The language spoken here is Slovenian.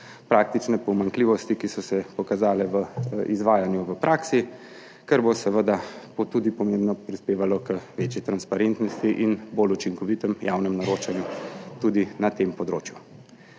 praktične pomanjkljivosti, ki so se pokazale v izvajanju v praksi, kar bo seveda tudi pomembno prispevalo k večji transparentnosti in bolj učinkovitemu javnemu naročanju tudi na tem področju.